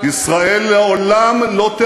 אני מבקש